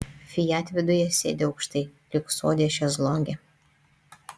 fiat viduje sėdi aukštai lyg sode šezlonge